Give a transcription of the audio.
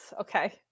okay